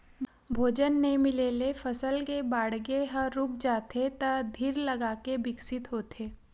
भोजन नइ मिले ले फसल के बाड़गे ह रूक जाथे त धीर लगाके बिकसित होथे